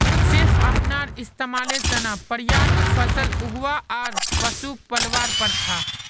सिर्फ अपनार इस्तमालेर त न पर्याप्त फसल उगव्वा आर पशुक पलवार प्रथा